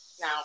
Now